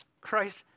Christ